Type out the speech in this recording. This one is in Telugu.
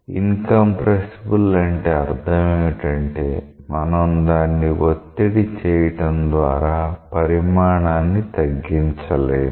ఇన్కంప్రెసిబుల్ అంటే అర్థం ఏమిటంటే మనం దాన్ని ఒత్తిడి చేయడం ద్వారా పరిమాణాన్ని తగ్గించలేము